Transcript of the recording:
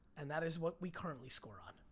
and that is what we currently score on.